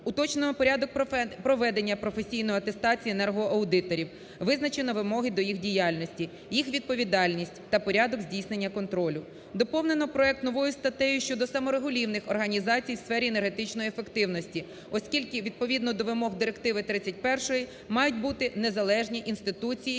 Уточнення порядок проведення професійної атестації енергоаудиторів, визначені вимоги до їх діяльності, їх відповідальність та порядок здійснення контролю. Доповнено проект новою статтею щодо саморегулівних організацій в сфері енергетичної ефективності. Оскільки, відповідно до вимог Директиви 31, мають бути незалежні інституції